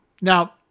Now